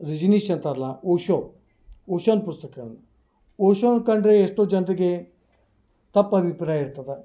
ರಜನೀಶ್ ಅಂತಾರಲ್ಲ ಓಶೋ ಓಶೋನ ಪುಸ್ತಕವನ್ನು ಓಶೋನ ಕಂಡರೆ ಎಷ್ಟೋ ಜನರಿಗೆ ತಪ್ಪು ಅಭಿಪ್ರಾಯ ಇರ್ತದೆ